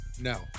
No